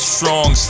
Strong